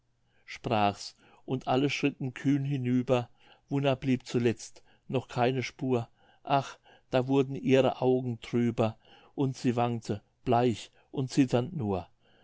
sprach's und alle schritten kühn hinüber wunna blieb zuletzt noch keine spur ach da wurden ihre augen trüber und sie wankte bleich und zitternd nur